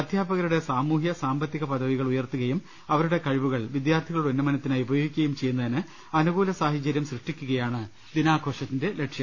അധ്യാപകരുടെ സാമൂഹ്യ സാമ്പത്തിക പദവികൾ ഉയർത്തു കയും അവരുടെ കഴിവുകൾ വിദ്യാർത്ഥികളുടെ ഉന്നമനത്തിനായി ഉപയോഗി ക്കുകയും ചെയ്യുന്നതിന് അനുകൂല സാഹചര്യം സൃഷ്ടിക്കുകയാണ് ദിനാഘോഷ ത്തിന്റെ ലക്ഷ്യം